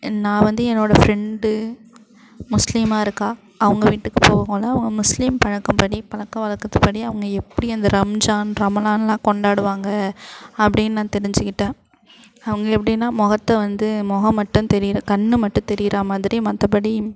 நான் வந்து என்னோடய ஃப்ரெண்டு முஸ்லீமாக இருக்காள் அவங்க வீட்டுக்குப் போகக்குள்ள அவங்க முஸ்லீம் பழக்கப்படி பழக்க வழக்கத்துப்படி அவங்க எப்படி அந்த ரம்ஜான் ரமாலான்லாம் கொண்டாடுவாங்க அப்படின் நான் தெரிஞ்சுக்கிட்டேன் அவங்க எப்படின்னா முகத்த வந்து முகம் மட்டும் தெரிகிற கண் மட்டும் தெரிகிறாமாதிரி மற்றபடி